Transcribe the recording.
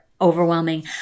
overwhelming